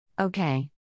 Okay